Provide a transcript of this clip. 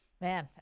Man